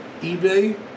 ebay